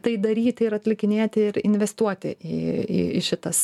tai daryti ir atlikinėti ir investuoti į į šitas